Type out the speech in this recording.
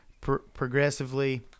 progressively